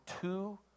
two